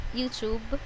YouTube